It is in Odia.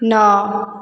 ନଅ